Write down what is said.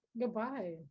Goodbye